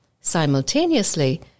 Simultaneously